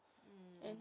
mm